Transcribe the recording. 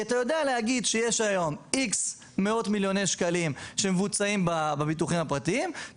כי אתה יודע שיש X מאות מילוני שקלים שמבוצעים בביטוחים הפרטיים,